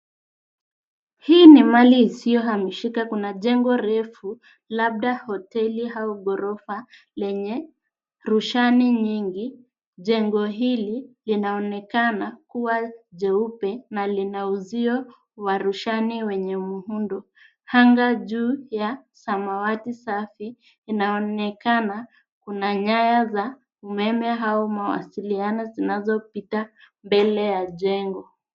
Hii ni mahali isiyohamishika. Kuna jengo refu, labda hoteli au ghorofa, lenye rushani nyingi. Jengo hili, linaonekana kuwa jeupe na lina uzio wa rushani wenye muundo. Anga juu ya samawati safi inaonekana. Kuna nyaya za umeme au mawasiliano zinazopita mbele ya jengo.